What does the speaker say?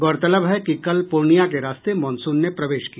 गौरतलब है कि कल पूर्णिया के रास्ते मानसून ने प्रवेश किया